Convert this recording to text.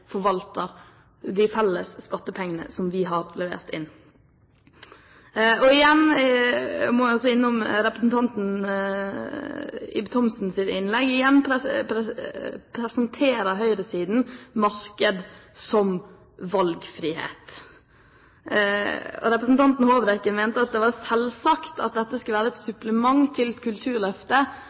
forvalter de felles skattepengene som vi har levert inn. Igjen må jeg også innom representanten Ib Thomsens innlegg som representerer høyresiden, som presenterer marked som valgfrihet. Representanten Håbrekke mente at det var selvsagt at dette skulle være et supplement til Kulturløftet og ikke noen erstatning. Men Fremskrittspartiet kutter jo 1 mrd. kr i Kulturløftet